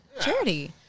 charity